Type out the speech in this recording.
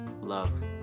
love